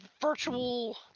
virtual